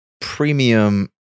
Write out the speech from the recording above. premium